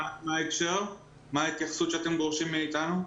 מה ההתייחסות שאתם דורשים מאתנו?